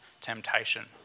temptation